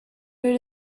new